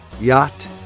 Yacht